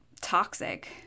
toxic